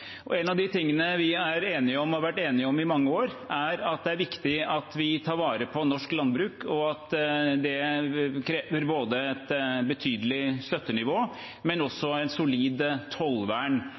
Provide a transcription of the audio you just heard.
En av de tingene vi er enige om og har vært enige om i mange år, er at det er viktig at vi tar vare på norsk landbruk, og at det krever både et betydelig støttenivå